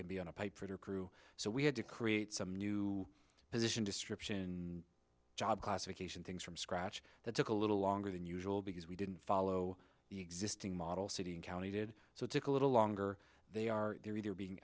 could be on a pipefitter crew so we had to create some new position description and job classification things from scratch that took a little longer than usual because we didn't follow the existing model city and county did so it took a little longer they are either being